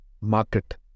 market